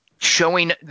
showing